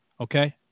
Okay